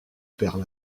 perds